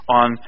on